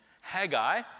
Haggai